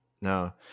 no